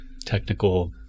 technical